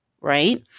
right